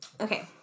okay